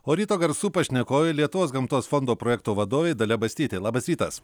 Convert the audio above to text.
o ryto garsų pašnekovė lietuvos gamtos fondo projekto vadovė dalia bastytė labas rytas